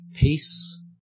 peace